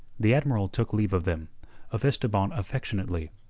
the admiral took leave of them of esteban affectionately,